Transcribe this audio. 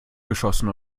geschossen